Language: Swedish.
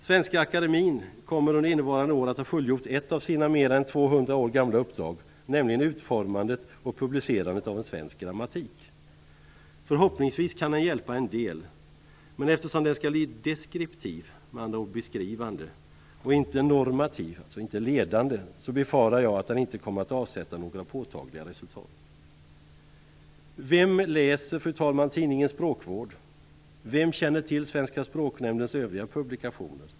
Svenska Akademien kommer under innevarande år att ha fullgjort att av sina mera än två hundra år gamla uppdrag, nämligen utformandet och publicerandet av en svensk grammatik. Förhoppningsvis kan den hjälpa en del, men eftersom den skall bli deskriptiv - beskrivande - och inte normativ - ledande - befarar jag att den inte kommer att avsätta några påtagliga resultat. Svenska språknämndens övriga publikationer?